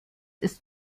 ist